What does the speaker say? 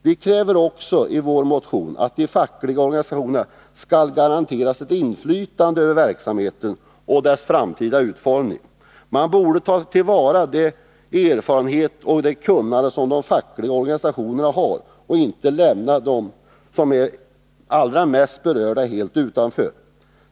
Vi kräver också i vår motion att de fackliga organisationerna skall garanteras ett inflytande över verksamheten och dess framtida utformning. Man borde ta till vara den erfarenhet och det kunnande som de fackliga organisationerna har, och inte lämna dem som allra mest är berörda helt utanför.